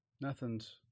Nothing's